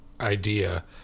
idea